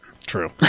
True